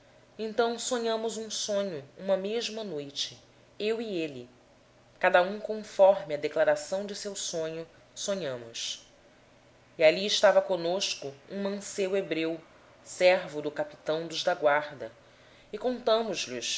então sonhamos um sonho na mesma noite eu e ele cada um conforme a interpretação do seu sonho sonhamos ora estava ali conosco um mancebo hbreu servo do capitão da guarda ao qual contamos os